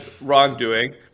wrongdoing